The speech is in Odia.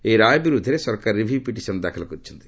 ଏହି ରାୟ ବିରୁଦ୍ଧରେ ସରକାର ରିଭ୍ୟୁ ପିଟିସନ୍ ଦାଖଲ କରିଛନ୍ତି